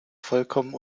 vollkommen